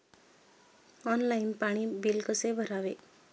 Online पाणी bill कसे भरावे?